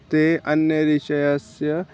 ते अन्यविषयस्य